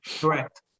Correct